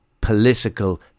political